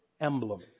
emblem